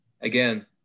Again